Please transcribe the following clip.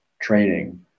training